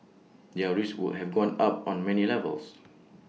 their risks would have gone up on many levels